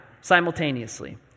simultaneously